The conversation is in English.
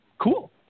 Cool